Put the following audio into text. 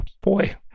boy